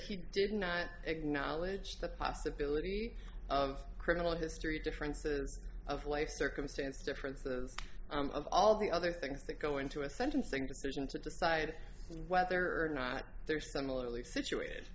he did not acknowledge the possibility of criminal history difference to of life circumstance difference of all the other things that go into a sentencing decision to decide whether or not there similarly situated